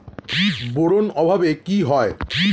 Boron অভাবে কি হয়?